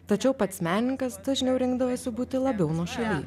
tačiau pats menininkas dažniau rinkdavosi būti labiau nuošaly